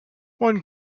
one